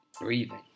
breathing